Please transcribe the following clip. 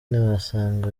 ntiwasanga